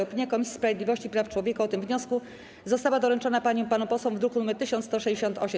Opinia Komisji Sprawiedliwości i Praw Człowieka o tym wniosku została doręczona paniom i panom posłom w druku nr 1168.